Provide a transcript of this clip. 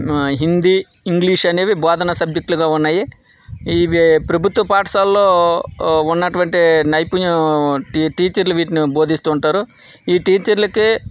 Hindi English అనేవి బోధనా సబ్జెక్ట్లుగా ఉన్నాయి ఇవి ప్రభుత్వ పాఠశాలలో ఉ ఉన్నటువంటి నైపుణ్యం టీ టీచర్లు వీటిని బోధిస్తూ ఉంటారు ఈ టీచర్లకే